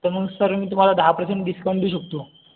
तर मग सर मी तुम्हाला दहा परसेंट डिस्काउंट देऊ शकतो